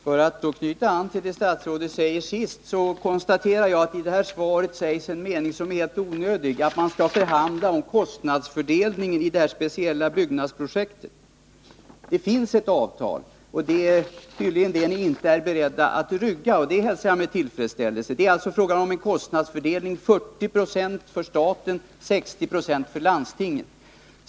Herr talman! För att knyta an till det som statsrådet nu senast sade konstaterar jag att det i det här svaret finns en mening som är helt onödig, nämligen att man skall förhandla om kostnadsfördelningen i det speciella byggnadsprojektet. Det finns ett avtal, och det är ni tydligen inte beredda att rygga, vilket jag hälsar med tillfredsställelse. Det gäller alltså frågan om kostnadsfördelningen: 40 90 för staten och 60 2 för landstinget.